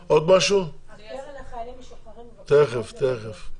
הקרן לחיילים משוחררים --- תיכף, תיכף.